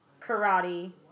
Karate